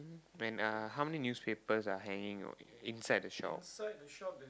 and uh how many newspapers are hanging on~ inside the shop